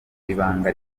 ibanga